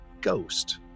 ghost